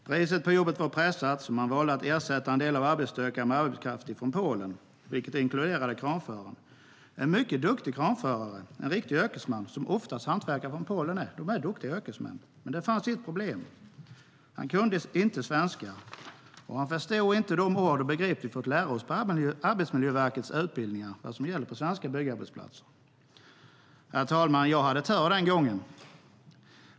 Priset på jobbet var pressat, så man valde att ersätta en del av arbetsstyrkan med arbetskraft från Polen, vilket inkluderade kranföraren. Det var en mycket duktig kranförare, en riktig yrkesman, som hantverkare från Polen ofta är - de är duktiga yrkesmän. Men det fanns ett problem: Han kunde inte svenska, och han förstod inte de ord och begrepp vi fått lära oss på Arbetsmiljöverkets utbildningar om vad som gäller på svenska byggarbetsplatser. Herr talman! Jag hade tur den gången.